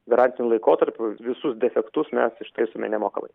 garantiniu laikotarpiu visus defektus mes ištaisome nemokamai